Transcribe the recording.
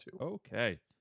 Okay